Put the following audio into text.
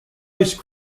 ice